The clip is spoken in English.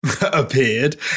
appeared